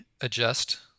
adjust